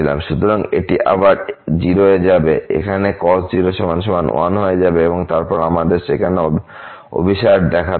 সুতরাং এটি আবার 0 এ যাবে এখানে এটি cos 0 1হয়ে যাবে এবং তারপরে আমাদের সেখানে অভিসার দেখতে হবে